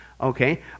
Okay